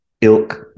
Ilk